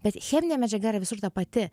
bet cheminė medžiaga yra visur ta pati